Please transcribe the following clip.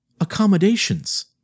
accommodations